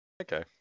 Okay